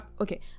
Okay